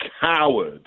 coward